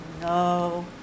no